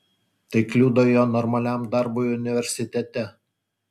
tai kliudo jo normaliam darbui universitete